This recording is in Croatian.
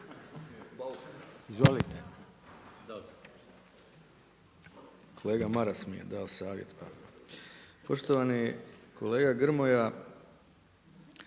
(SDP)** Kolega Maras mi je dao savjet pa. Poštovani kolega Grmoja